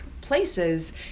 places